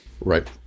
Right